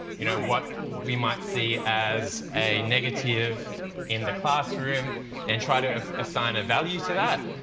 you know what we might see as a negative in the classroom and try to assign a value to that.